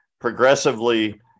progressively